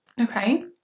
okay